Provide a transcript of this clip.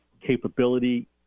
capability